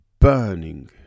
burning